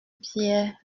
pierre